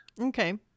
Okay